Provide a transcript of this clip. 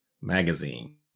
magazine